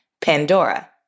Pandora